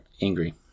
angry